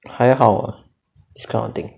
还好 ah this kind of thing